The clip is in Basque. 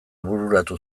bururatu